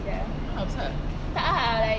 no is not